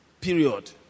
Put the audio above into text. Period